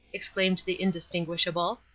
exclaimed the indistinguishable.